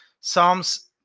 Psalms